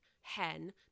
hen